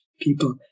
people